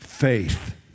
Faith